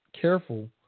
careful